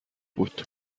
بود